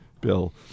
Bill